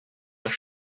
d’un